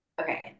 Okay